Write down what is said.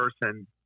person